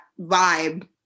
vibe